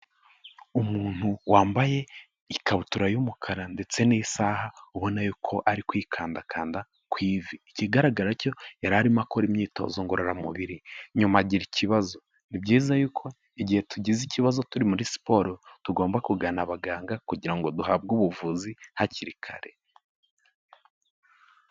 Umuntu wambaye ikabutura y'umukara ndetse n'isaha ubona yuko ari kwikandakanda ku ivi, ikigaragara cyo yari arimo akora imyitozo ngororamubiri nyuma agira ikibazo, ni byiza yuko igihe tugize ikibazo turi muri siporo, tugomba kugana abaganga kugira ngo duhabwe ubuvuzi hakiri kare.